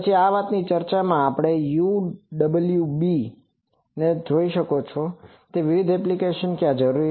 પછી આ વાતચીતમાં આ UWB ને તમે જોઈ શકો છો આ વિવિધ એપ્લિકેશનો કે જ્યાં આ જરૂરી છે